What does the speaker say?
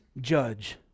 judge